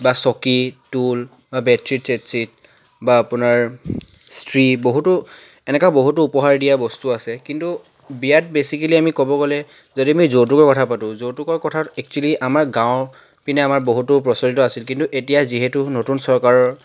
বা চকী টুল বা বে'ডশ্বিট চেটশ্বিট বা আপোনাৰ ইষ্ট্ৰি বহুতো এনেকুৱা বহুতো উপহাৰ দিয়া বস্তু আছে কিন্তু বিয়াত বেচিকেলী আমি ক'ব গ'লে যদি আমি যৌতুকৰ কথা পাতোঁ যৌতুকৰ কথাত এক্সোৱেলী আমাৰ গাঁৱৰ পিনে আমাৰ বহুতো প্ৰচলিত আছিল কিন্তু এতিয়া যিহেতু নতুন চৰকাৰৰ